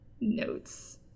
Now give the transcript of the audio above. notes